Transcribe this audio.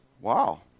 Wow